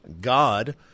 God